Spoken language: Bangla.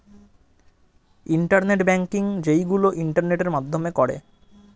ইন্টারনেট ব্যাংকিং যেইগুলো ইন্টারনেটের মাধ্যমে করে